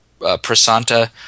Prasanta